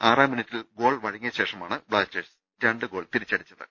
ആറാം മിനിറ്റിൽ ഗോൾ വഴങ്ങിയശേഷമാണ് ബ്ലാസ്റ്റേഴ്സ് രണ്ട് ഗോൾ തിരിച്ചടിച്ചത്